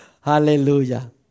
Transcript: Hallelujah